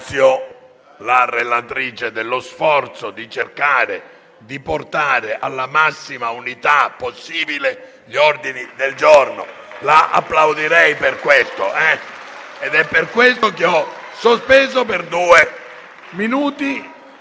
Grazie a tutti